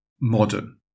modern